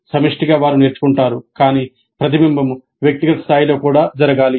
సమిష్టిగా వారు నేర్చుకుంటారు కాని ప్రతిబింబం వ్యక్తిగత స్థాయిలో కూడా జరగాలి